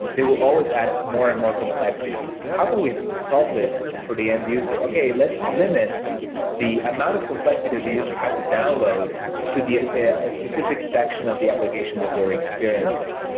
they will always add more and more complexity. how can we solve this for the end user? okay, let's limit the amount of complexity that the user has to download to the ah specific section of the application that they're experiencing.